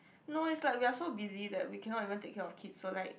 no it's like we're so busy that we cannot even take care of kids so like